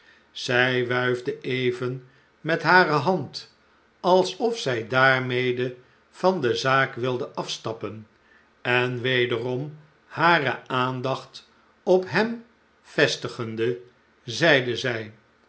zij wuifde even met hare hand alsof zij daarmede van de zaak wilde afstappen en wederom hare aandacht op hem vestigende zeide zy